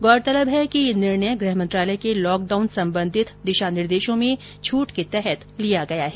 गौरतलब है कि यह निर्णय गृह मंत्रालय के लॉक डाउन संबंधित दिशा निर्देशों में छूट के तहत लिया गया है